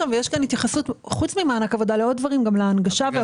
לו התייחסות לעוד דברים - חוץ מהתייחסות למענק עבודה כמו הנגשה.